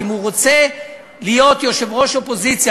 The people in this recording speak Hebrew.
ואם הוא רוצה להיות יושב-ראש אופוזיציה,